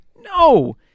No